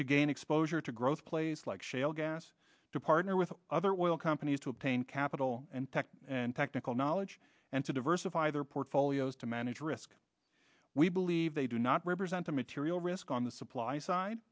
to gain exposure to growth places like shale gas to partner with other oil companies to obtain capital and tech and technical knowledge and to diversify their portfolios to manage risk we believe they do not represent a material risk on the supply side